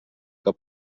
que